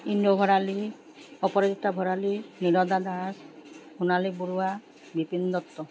Indra Bharali Aparajita Bharali Niloda Das Sonali Baruah Bipin Dutta